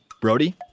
Brody